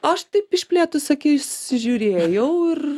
aš taip išplėtus akis žiūrėjau ir